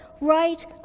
right